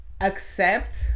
accept